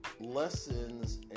lessons